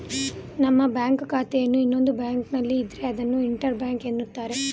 ನಮ್ಮ ಬ್ಯಾಂಕ್ ಖಾತೆಯನ್ನು ಇನ್ನೊಂದು ಬ್ಯಾಂಕ್ನಲ್ಲಿ ಇದ್ರೆ ಅದನ್ನು ಇಂಟರ್ ಬ್ಯಾಂಕ್ ಎನ್ನುತ್ತಾರೆ